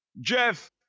Jeff